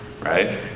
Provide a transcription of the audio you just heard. right